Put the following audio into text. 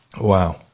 wow